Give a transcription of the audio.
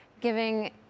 giving